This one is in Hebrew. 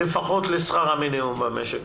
לפחות לשכר המינימום במשק.